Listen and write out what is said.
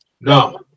no